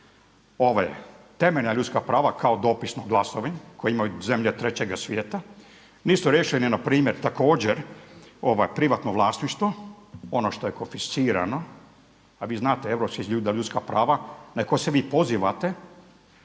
temeljna ljudska prava kao dopisno glasovanje koje imaju zemlje trećega svijeta, nisu riješili ni npr. također privatno vlasništvo, ono što je konfiscirano a vi znate Europski sud za ljudska prava na koji se vi pozivate